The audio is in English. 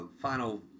final